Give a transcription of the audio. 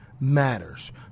matters